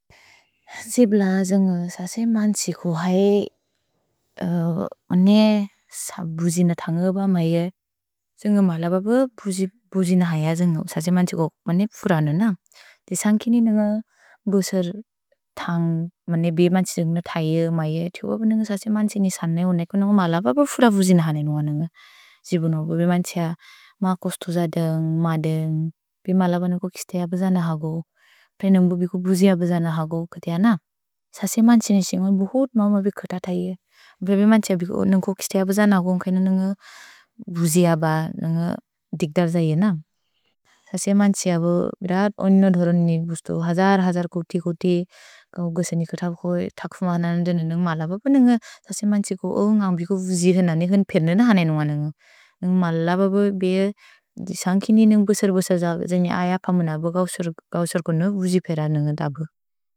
जिब्ल जन्ग्ë ससे मन्त्सि कुहै ओन्ये स बुजिन तन्ग्ëब मैए, जन्ग्ë मलपप बुजिन हैअ जन्ग्ë, ससे मन्त्सि कुक्पने पुर नन। दि सन्किनि नन्ग्ë बुसर् तन्ग्ë, मने बे मन्त्सि जन्ग्ë न थैë मैए, तिवप् नन्ग्ë ससे मन्त्सि निसने ओनेकुन् नन्ग्ë मलपप पुर बुजिन हनेनुअ नन्ग्ë जिबुनोबु। भे मन्त्सिअ मा कुस्तु ज द्ëन्ग्, मा द्ëन्ग्, बे मलपप नन्ग्ë किस्तेय बुजिन हगो, प्रए नन्ग्ë बुजिन बुजिन हगो, कतिअ न, ससे मन्त्सि निसने ओनेकुन् बुहुत् मौम बे कत थैë, बे बे मन्त्सिअ नन्ग्ë किस्तेय बुजिन हगो नन्ग्ë बुजिन ब नन्ग्ë दिग्दर् जैë न। ससे मन्त्सि हबो बिदत् ओनो धोरोन् नि बुस्तु, हजर् हजर् कोति कोति गुसनि कुतप् कोइ, तकुफ् मा नन द्ëन्ग् नन्ग्ë मलपप, नन्ग्ë ससे मन्त्सि कुक्पने पुर नन्ग्ë बुजिन हनेनुअ नन्ग्ë। नन्ग्ë मलपप बे सन्किनि नन्ग्ë बुसर् बुसर् जन्ग्ë, जन्ग्ë हैअ पमुन बे गौसुर् गौसुर् कोनो बुजिन पेर नन्ग्ë तबु।